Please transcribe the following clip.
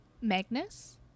magnus